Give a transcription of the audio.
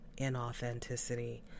inauthenticity